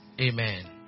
Amen